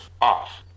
off